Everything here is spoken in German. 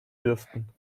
dürften